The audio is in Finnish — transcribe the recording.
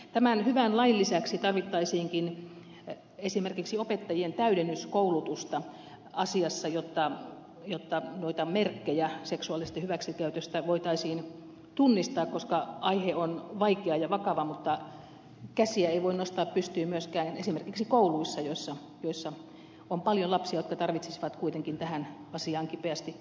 tämän hyvän lain lisäksi tarvittaisiinkin esimerkiksi opettajien täydennyskoulutusta asiassa jotta noita merkkejä seksuaalisesta hyväksikäytöstä voitaisiin tunnistaa koska aihe on vaikea ja vakava mutta käsiä ei voi nostaa pystyyn myöskään esimerkiksi kouluissa joissa on paljon lapsia jotka tarvitsisivat kuitenkin tähän asiaan kipeästi apua